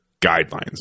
guidelines